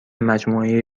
مجموعه